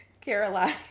Caroline